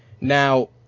now